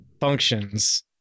functions